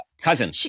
Cousin